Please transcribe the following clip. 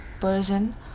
person